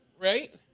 Right